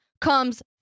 comes